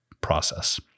process